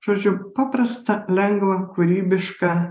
žodžiu paprastą lengvą kūrybišką